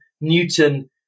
Newton